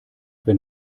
wenn